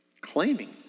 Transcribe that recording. claiming